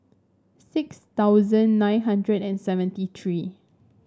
six thousand nine hundred and seventy three